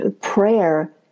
prayer